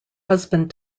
husband